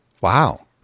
Wow